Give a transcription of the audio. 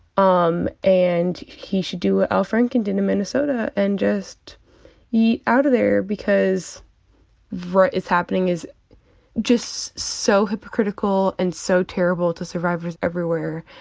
um and he should do what al franken did in minnesota and just outta there, because what is happening is just so hypocritical and so terrible to survivors everywhere,